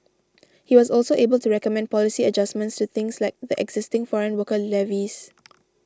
he was also able to recommend policy adjustments to things like the existing foreign worker levies